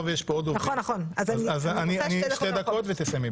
שיש פה עוד דוברים שתי דקות ותסיימי.